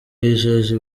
yijeje